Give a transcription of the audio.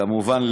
כמובן,